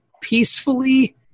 peacefully